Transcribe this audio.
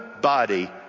body